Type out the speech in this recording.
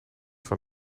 van